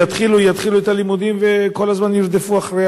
יתחילו את הלימודים וכל הזמן ירדפו אחרי